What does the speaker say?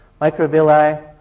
Microvilli